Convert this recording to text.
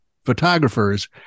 photographers